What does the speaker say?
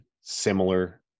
similar